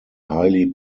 highly